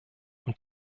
und